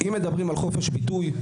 אם מדברים על חופש ביטוי,